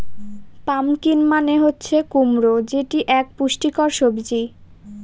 pumpkin মানে হচ্ছে কুমড়ো যেটি এক পুষ্টিকর সবজি